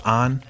on